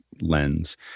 lens